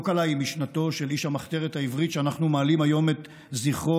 לא קלה היא משנתו של איש המחתרת העברית שאנחנו מעלים היום את זכרו.